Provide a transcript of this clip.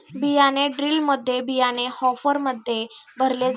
बियाणे ड्रिलमध्ये बियाणे हॉपरमध्ये भरले जाते